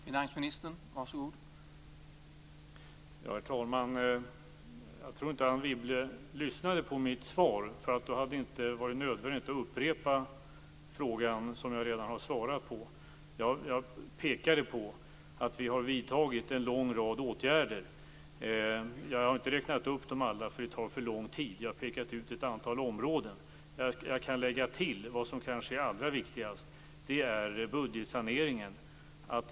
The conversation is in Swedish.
Herr talman! Jag tror inte att Anne Wibble lyssnade på mitt svar. Då hade det inte varit nödvändigt att upprepa frågan som jag redan har svarat på. Jag pekade på att vi redan har vidtagit en lång rad åtgärder. Jag har inte räknat upp dem alla, eftersom det tar för lång tid, utan jag har pekat ut ett antal områden. Jag kan lägga till vad som kanske är allra viktigast. Det är budgetsaneringen.